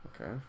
Okay